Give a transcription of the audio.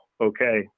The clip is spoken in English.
okay